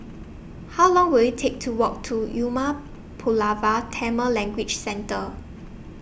How Long Will IT Take to Walk to Umar Pulavar Tamil Language Centre